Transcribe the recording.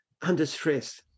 understress